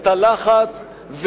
את הלחץ,